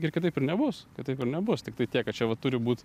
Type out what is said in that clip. ir kitaip ir nebus kitaip ir nebus tiktai tiek kad čia va turi būt